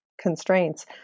constraints